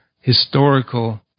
historical